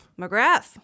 McGrath